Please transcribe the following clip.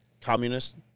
communist